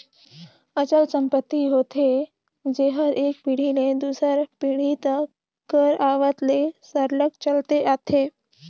अचल संपत्ति होथे जेहर एक पीढ़ी ले दूसर पीढ़ी तक कर आवत ले सरलग चलते आथे